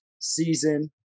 season